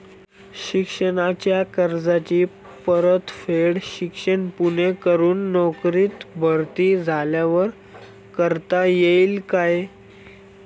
शिक्षणाच्या कर्जाची परतफेड शिक्षण पूर्ण करून नोकरीत भरती झाल्यावर करता येईल काय?